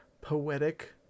poetic